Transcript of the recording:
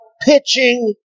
pitching